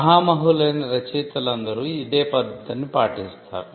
మహామహులైన రచయితలందరూ ఇదే పద్ధతిని పాటిస్తారు